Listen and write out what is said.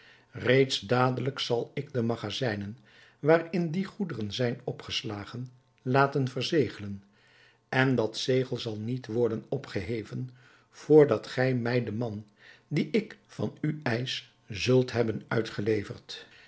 reeds dadelijk zal ik de magazijnen waarin die goederen zijn opgeslagen laten verzegelen en dat zegel zal niet worden opgeheven vr dat gij mij den man dien ik van u eisch zult hebben uitgeleverd